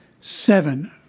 seven